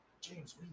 James